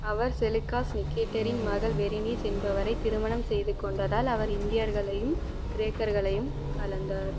அவர் Seleucus நிகேட்டரின் மகள் வெரினிஸ் என்பவரை திருமணம் செய்து கொண்டதால் அவர் இந்தியர்களையும் கிரேக்கர்களையும் கலந்தார்